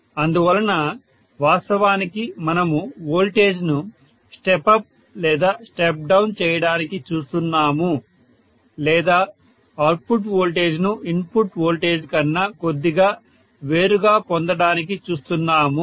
అందువలన వాస్తవానికి మనము వోల్టేజ్ ను స్టెప్ అప్ లేదా స్టెప్ డౌన్ చేయడానికి చూస్తున్నాము లేదా అవుట్పుట్ వోల్టేజ్ ను ఇన్పుట్ వోల్టేజి కన్నా కొద్దిగా వేరుగా పొందడానికి చూస్తున్నాము